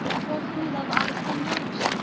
for who love i so much?